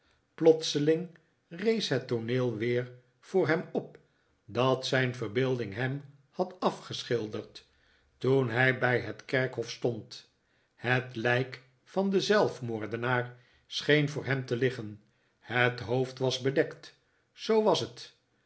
plotseling rees het tooneel weer voor hem op dat zijn verbeelding hem had afgeschilderd toen hij bij het kerkhof stond het lijk van den zelfmoordenaar scheen voor hem te liggen het hoofd was bedekt zoo was het